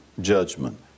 judgment